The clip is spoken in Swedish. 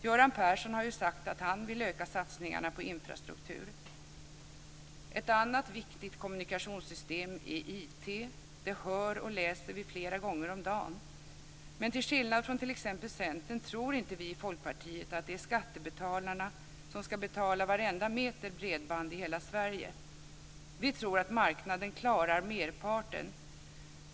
Göran Persson har ju sagt att han vill öka satsningarna på infrastruktur. Ett annat viktigt kommunikationssystem är IT. Det hör och läser vi flera gånger om dagen. Men till skillnad från t.ex. Centern tror inte vi i Folkpartiet att det är skattebetalarna som ska betala varenda meter bredband i hela Sverige. Vi tror att marknaden klarar merparten.